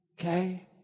Okay